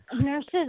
nurses